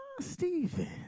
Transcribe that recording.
Stephen